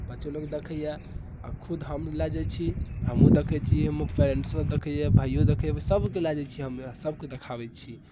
बच्चो लोग देखैए आ खुद हम लए जाइत छी हमहूँ देखैत छी हमर फ्रैण्ड सब देखैए भाइयो देखैए सबके लै जाइत छी हम सबके देखाबैत छी